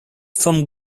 from